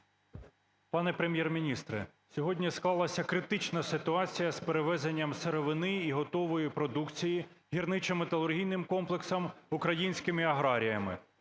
Пане Прем'єр-міністре, сьогодні склалася критична ситуація із перевезенням сировини і готової продукції гірничо-металургійним комплексом, українськими аграріями.